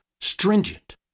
stringent